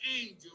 angel